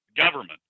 Government